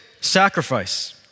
sacrifice